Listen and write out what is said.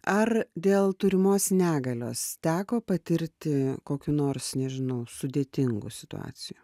ar dėl turimos negalios teko patirti kokių nors nežinau sudėtingų situacijų